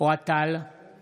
אוהד טל ;